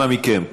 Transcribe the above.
אנא מכם,